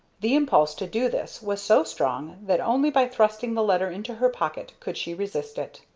the impulse to do this was so strong that only by thrusting the letter into her pocket could she resist it.